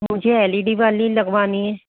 मुझे L E D वाली लगवानी है